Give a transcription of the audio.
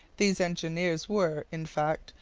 these engineers were, in fact,